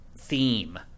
theme